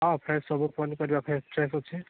ହଁ ଫ୍ରେସ୍ ସବୁ ପନିପରିବା ଫ୍ରେସ୍ ଫ୍ରେସ୍ ଅଛି